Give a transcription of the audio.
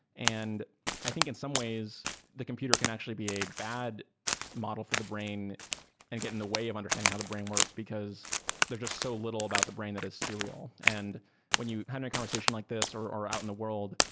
and i think in some ways the computer can actually be a bad model for the brain and get in the way of understanding how the brain works, because there's just so little about the brain that is serial. and when you're having a conversation like this or our in the world,